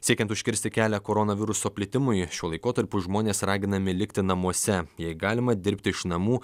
siekiant užkirsti kelią koronaviruso plitimui šiuo laikotarpiu žmonės raginami likti namuose jei galima dirbti iš namų